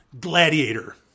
Gladiator